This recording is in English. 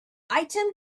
item